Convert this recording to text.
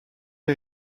les